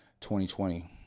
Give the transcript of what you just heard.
2020